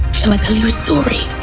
shall i tell you a story?